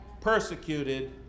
persecuted